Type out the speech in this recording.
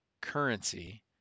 currency